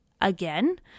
again